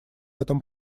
этом